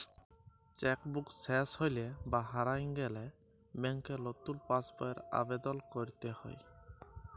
cheque book শেস হৈলে বা হারায় গেলে ব্যাংকে লতুন পাস বইয়ের আবেদল কইরতে হ্যয়